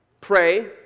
pray